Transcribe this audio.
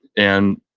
and